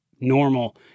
normal